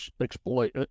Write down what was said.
exploit